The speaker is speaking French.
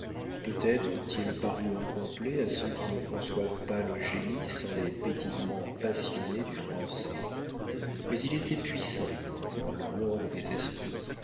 peut-être eût-il paru incomplet à ceux qui ne conçoivent pas le génie sans les pétillements passionnés du français mais il était puissant dans le monde des esprits